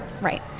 Right